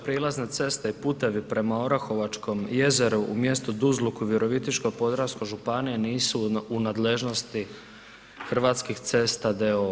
Prijelazne ceste i putevi prema Orahovačkom jezeru u mjestu Duzluk u Virovitičko-podravskoj županiji nisu u nadležnosti Hrvatskih cesta d.o.o.